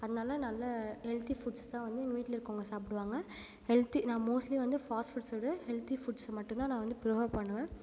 அதனால் நல்ல healthy foods தான் வந்து எங்கள் வீட்டில இருக்கவங்க சாப்பிடுவாங்க ஹெல்த்தி நான் மோஸ்ட்லி வந்து ஃபாஸ்ட் ஃபுட்ஸோட ஹெல்த்தி ஃபுட்ஸை மட்டும்தான் நான் வந்து ப்ரிஃபேர் பண்ணுவேன்